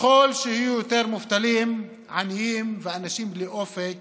וככל שיהיו יותר מובטלים, עניים ואנשים בלי אופק